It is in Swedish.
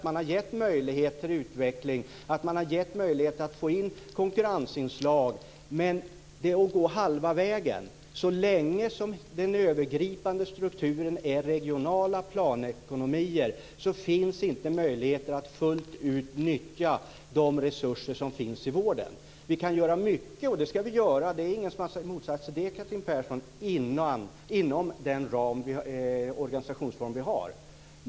Man har givit möjligheter till utveckling, man har givit möjligheter att få in konkurrensinslag. Men det är att gå halva vägen. Så länge den övergripande strukturen består av regionala planekonomier finns inga möjligheter att fullt ut nyttja de resurser som finns i vården. Vi kan göra mycket, och det ska vi också, det är det ingen som har motsatt sig, Catherine Persson, inom den organisationsram vi har.